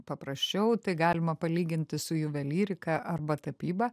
paprasčiau tai galima palyginti su juvelyrika arba tapyba